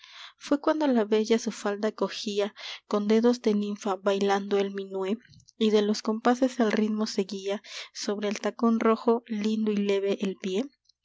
fué cuando la bella su falda cogía con dedos de ninfa bailando el minué y de los compases el ritmo seguía sobre el tacón rojo lindo y leve el pie